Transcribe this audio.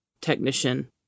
technician